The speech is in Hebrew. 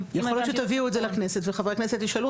יכול להיות שתביאו את זה לכנסת וחברי הכנסת ישאלו